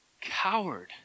coward